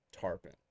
tarpon